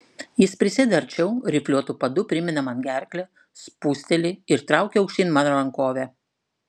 jis prisėda arčiau rifliuotu padu primina man gerklę spūsteli ir traukia aukštyn mano rankovę